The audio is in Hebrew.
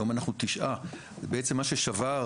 היום אנחנו 9. בעצם מה ששבר,